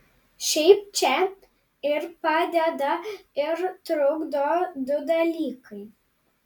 šiaip čia ir padeda ir trukdo du dalykai